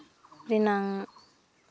ᱨᱮᱱᱟᱝ